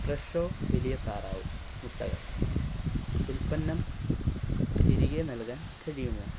ഫ്രെഷോ വലിയ താറാവ് മുട്ടകൾ ഉൽപ്പന്നം തിരികെ നൽകാൻ കഴിയുമോ